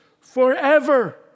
forever